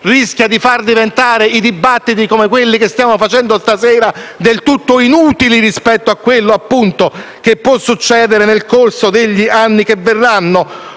rischia di far diventare i dibattiti come quello che stiamo facendo stasera del tutto inutili rispetto a quello che potrà succedere nel corso degli anni che verranno?